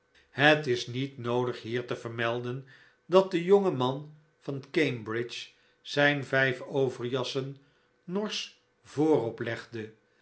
het is niet noodig hier te vermelden dat de jonge man van cambridge zijn vijf overjassen norsch voorop legde